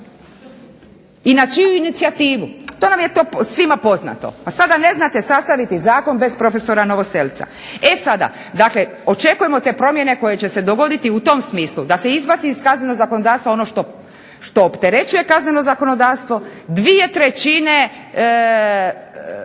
I na čiju inicijativu? To nam je svima poznato, a sada ne znate sastaviti zakon bez profesora Novoselca. E sada, očekujemo te promjene koje će se dogoditi u tom smislu da se izbaci iz kaznenog zakonodavstva ono što opterećuje kazneno zakonodavstvo, 2/3 kaznenog